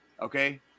Okay